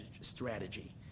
strategy